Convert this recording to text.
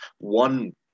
One